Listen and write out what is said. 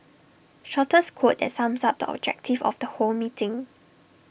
shortest quote that sums up the objective of the whole meeting